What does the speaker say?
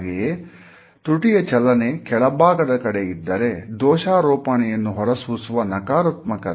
ಹಾಗೆಯೇ ತುಟಿಯ ಚಲನೆ ಕೆಳಭಾಗದ ಕಡೆ ಇದ್ದರೆ ದೋಷಾರೋಪಣೆಯನ್ನು ಹೊರಸೂಸುವ ನಕಾರಾತ್ಮಕತೆ